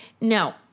No